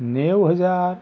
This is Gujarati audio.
નેવું હજાર